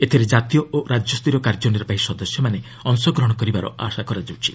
ଏଥିରେ ଜାତୀୟ ଓ ରାଜ୍ୟସ୍ତରୀୟ କାର୍ଯ୍ୟ ନିର୍ବାହୀ ସଦସ୍ୟମାନେ ଅଂଶଗ୍ରହଣ କରିବାର ଆଶା କରାଯାଉଛି